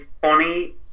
funny